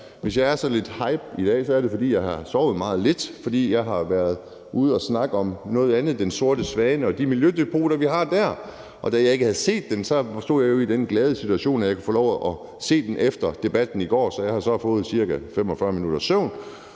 Hvis jeg er sådan lidt hyper i dag, er det, fordi jeg har sovet meget lidt, fordi jeg har været ude at snakke om noget andet, »Den sorte svane« og de miljødepoter, der er tale om i den forbindelse, og da jeg ikke havde set udsendelsen, stod jeg i den glædelige situation, at jeg kunne få lov til at se den efter debatten i går, så jeg så har fået ca. 45 minutters søvn.